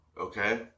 Okay